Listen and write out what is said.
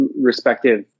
respective